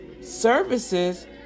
services